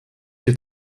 się